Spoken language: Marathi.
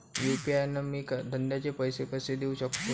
यू.पी.आय न मी धंद्याचे पैसे कसे देऊ सकतो?